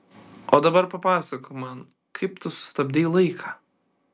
o dabar papasakok man kaip tu sustabdei laiką